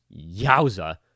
Yowza